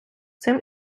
цим